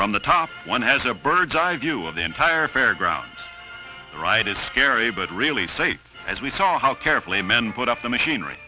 from the top one has a bird's eye view of the entire fairground ride is scary but really safe as we saw how carefully men put up the machinery